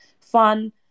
fun